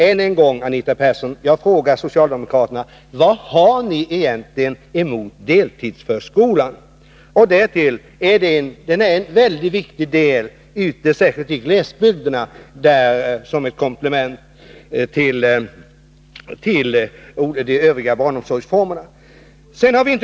Än en gång, Anita Persson, vad har ni socialdemokrater egentligen emot deltidsförskolan? Den är särskilt ute i glesbygderna ett viktigt komplement till de övriga barnomsorgsformerna.